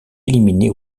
éliminée